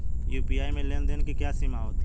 UPI में लेन देन की क्या सीमा होती है?